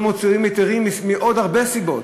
ולא מוציאים היתרים מעוד הרבה סיבות.